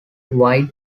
wide